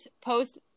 post